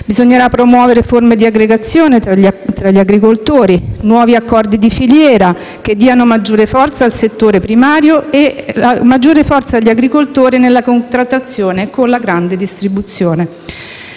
Bisognerà promuovere forme di aggregazione tra gli agricoltori e nuovi accordi di filiera che diano maggiore forza al settore primario e maggiore forza agli agricoltori nella contrattazione con la grande distribuzione.